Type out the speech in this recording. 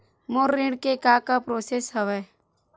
मोर ऋण के का का प्रोसेस हवय?